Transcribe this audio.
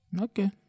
Okay